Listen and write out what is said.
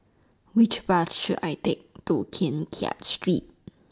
Which Bus should I Take to Keng Kiat Street